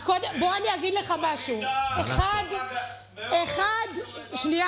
שנייה, אדוני.